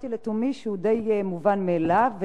שחשבתי לתומי שהוא די מובן מאליו,